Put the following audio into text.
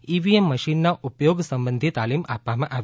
EVM મશીનના ઉપયોગ સંબંધી તાલીમ આપવામાં આવી